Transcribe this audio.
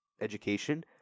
education